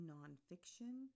Nonfiction